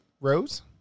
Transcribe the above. Rose